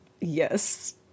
Yes